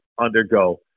undergo